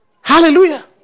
Hallelujah